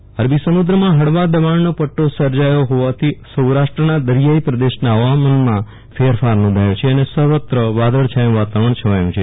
વરલ રાણા હવામાન અરબી સમુદ્ર માં ફળવા દબાણનો પદ્દો સર્જાયો હોવાથી સૌરાષ્ટ્રના દરિયાઈ પ્રદેશના હવામાન માંત ફેરફાર નોંધાયો છે અને સર્વત્ર વાદળછાયું વાતાવરણ છવાયું છે